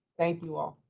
thank you all.